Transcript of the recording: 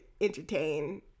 entertain